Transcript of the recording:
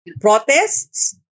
protests